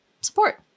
support